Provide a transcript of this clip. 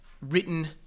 written